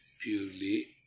purely